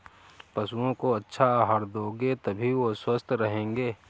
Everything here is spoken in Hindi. पशुओं को अच्छा आहार दोगे तभी वो स्वस्थ रहेंगे